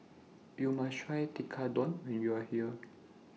YOU must Try Tekkadon when YOU Are here